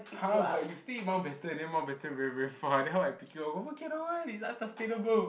har but you stay in Mountbatten then Mountbatten very very far then how I pick you up oh okay nevermind it's unsustainable